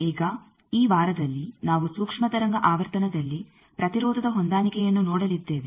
ಈಗ ಈ ವಾರದಲ್ಲಿ ನಾವು ಸೂಕ್ಷ್ಮ ತರಂಗ ಆವರ್ತನದಲ್ಲಿ ಪ್ರತಿರೋಧದ ಹೊಂದಾಣಿಕೆಯನ್ನು ನೋಡಲಿದ್ದೇವೆ